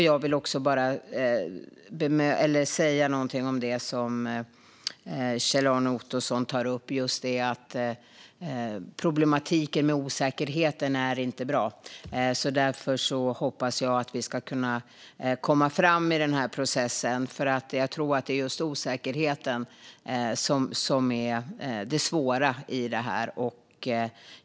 Jag vill också säga något om det som Kjell-Arne Ottosson tar upp: att problemet med osäkerheten inte är bra. Därför hoppas jag att vi ska kunna komma framåt i denna process. Jag tror att just osäkerheten är det svåra i detta.